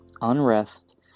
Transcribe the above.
Unrest